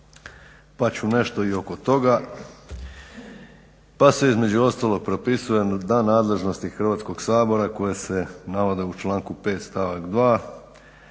pa ću nešto i oko toga. Pa se između ostalog propisuje da nadležnosti Hrvatskog sabora koje se navode u članku 5.